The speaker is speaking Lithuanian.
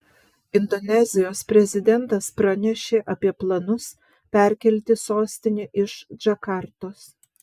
indonezijos prezidentas pranešė apie planus perkelti sostinę iš džakartos